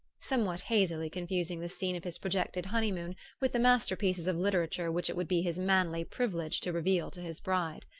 somewhat hazily confusing the scene of his projected honey-moon with the masterpieces of literature which it would be his manly privilege to reveal to his bride.